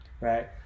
right